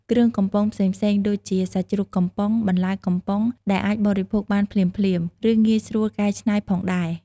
គ្រឿងកំប៉ុងផ្សេងៗ ដូចជា សាច់ជ្រូកកំប៉ុង បន្លែកំប៉ុង ដែលអាចបរិភោគបានភ្លាមៗ ឬងាយស្រួលកែច្នៃផងដែរ។